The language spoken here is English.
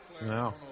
No